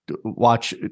watch